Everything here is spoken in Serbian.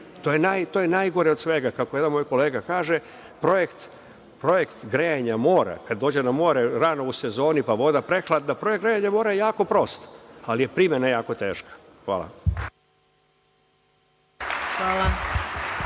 To je najgore od svega, kako jedan moj kolega kaže – projekt grejanja mora, kada dođete rano u sezoni na more pa je voda prehladna, projekt grejanja mora je jako prost, ali je primena teška. Hvala. **Maja